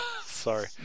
Sorry